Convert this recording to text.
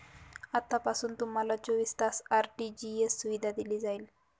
आतापासून तुम्हाला चोवीस तास आर.टी.जी.एस सुविधा दिली जाईल